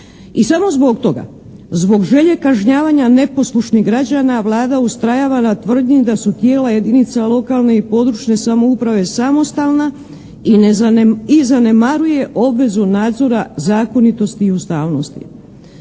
I samo zbog toga, zbog želje kažnjavanja neposlušnih građana, Vlada ustrajava na tvrdnji da su tijela jedinica lokalne i područne samouprave samostalna i zanemaruje obvezu nadzora zakonitosti i ustavnosti.